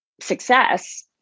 success